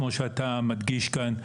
כמו שאתה מדגיש כאן,